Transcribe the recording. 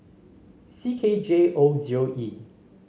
C K J O zero E